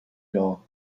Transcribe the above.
doll